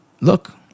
look